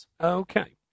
Okay